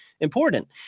important